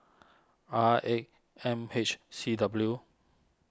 R eight M H C W